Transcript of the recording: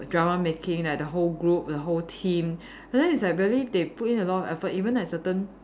drama making like the whole group the whole team and then it's like very they put in a lot of effort even like certain